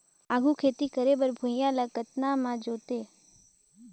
आघु खेती करे बर भुइयां ल कतना म जोतेयं?